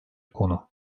konu